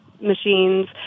machines